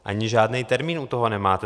Ani žádný termín u toho nemáte.